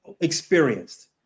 experienced